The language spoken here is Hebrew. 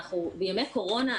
אנחנו בימי קורונה,